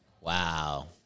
Wow